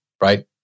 right